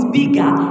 bigger